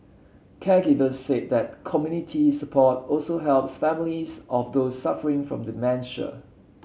caregivers said that community support also helps families of those suffering from dementia